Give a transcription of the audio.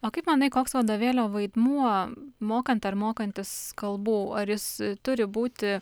o kaip manai koks vadovėlio vaidmuo mokant ar mokantis kalbų ar jis turi būti